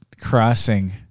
crossing